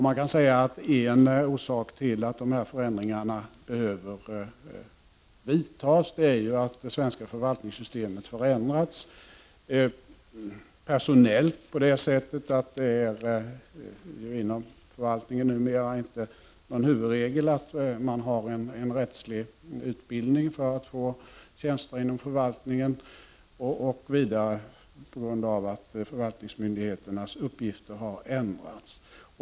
Man kan säga att en orsak till att dessa förändringar behövs är att det svenska förvaltningssystemet förändrats personellt så, att det inom förvaltningen numera inte är någon huvudregel att man har en rättslig utbildning för att kunna få tjänstgöra inom förvaltningen. En annan orsak är att förvaltningsmyndigheternas uppgifter har ändrats.